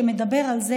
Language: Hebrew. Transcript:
שמדבר על זה